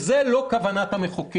זו לא כוונת המחוקק.